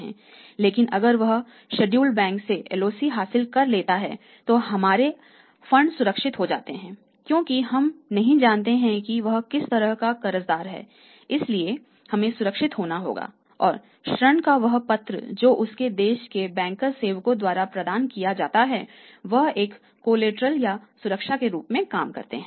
लेकिन अगर वह शेड्यूल या सुरक्षा के रूप में काम करते हैं